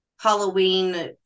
Halloween